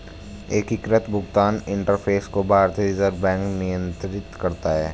एकीकृत भुगतान इंटरफ़ेस को भारतीय रिजर्व बैंक नियंत्रित करता है